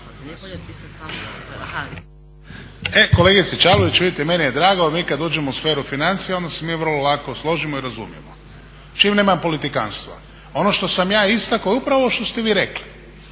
E kolegice Čavlović, vidite meni je drago, mi kad uđemo u sferu financija onda se mi vrlo lako složimo i razumijemo. Čim nema politikantstva. Ono što sam ja istakao je upravo ovo što ste vi rekli,